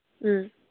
ꯎꯝ